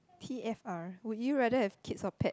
T_F_R would you rather have kid or pet